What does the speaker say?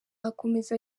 akomeza